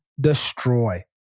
destroy